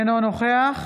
אינו נוכח